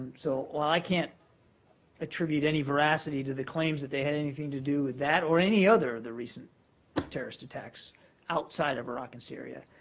so while i can't attribute any veracity to the claims that they had anything to do with that or any other of the recent terrorist attacks outside of iraq and syria,